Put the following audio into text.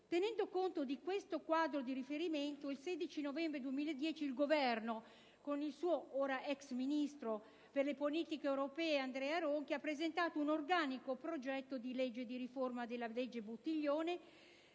Tenendo conto di questo quadro di riferimento, il 16 novembre 2010, il Governo, con il suo ora ex ministro per le politiche europee, Andrea Ronchi, ha presentato un organico progetto di legge di riforma della cosiddetta legge Buttiglione,